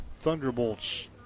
Thunderbolts